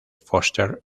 foster